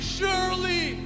surely